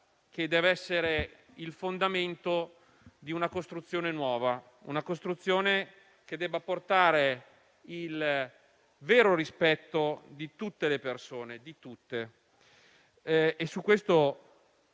che deve essere il fondamento di una costruzione nuova; una costruzione che debba portare al vero rispetto di tutte le persone. In questo